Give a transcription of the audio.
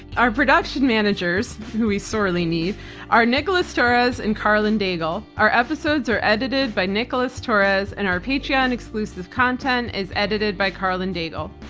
our production managers, who we sorely need are nicholas torres and karlyn daigle. our episodes are edited by nicholas torres and patreon exclusive content is edited by karlyn daigle.